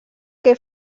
què